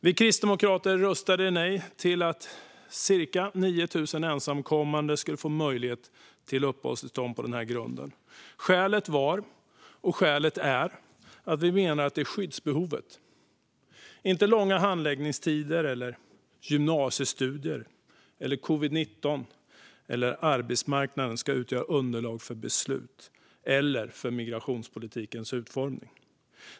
Vi kristdemokrater röstade nej till att cirka 9 000 ensamkommande skulle få möjlighet till uppehållstillstånd på den här grunden. Skälet var, och skälet är, att vi menar att det är skyddsbehovet - inte långa handläggningstider, gymnasiestudier, covid-19 eller arbetsmarknaden - som ska utgöra underlag för beslut och för migrationspolitikens utformning.